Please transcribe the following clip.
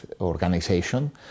organization